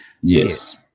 yes